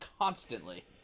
Constantly